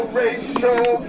racial